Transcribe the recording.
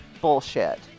Bullshit